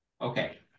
Okay